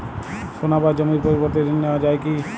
সোনা বা জমির পরিবর্তে ঋণ নেওয়া যায় কী?